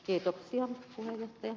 kiitoksia ja